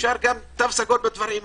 אפשר גם תו סגול בדברים האלה.